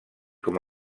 com